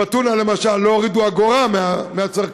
בטונה למשל לא הורידו אגורה מהצרכנים.